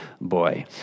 boy